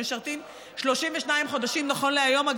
שמשרתים 32 חודשים נכון להיום?